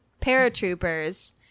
paratroopers